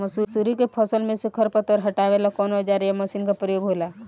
मसुरी के फसल मे से खरपतवार हटावेला कवन औजार या मशीन का प्रयोंग होला?